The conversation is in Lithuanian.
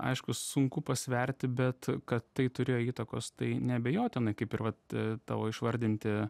aišku sunku pasverti bet kad tai turėjo įtakos tai neabejotinai kaip ir vat tavo išvardinti